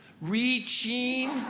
Reaching